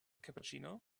cappuccino